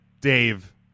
Dave